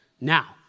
Now